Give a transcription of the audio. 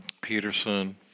Peterson